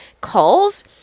calls